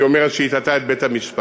אומרת שהיא הטעתה את בית-המשפט.